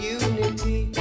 unity